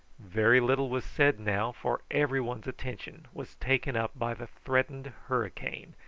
very little was said now, for every one's attention was taken up by the threatened hurricane,